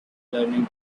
learning